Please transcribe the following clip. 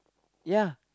ya